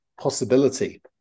possibility